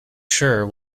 sure